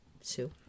Sue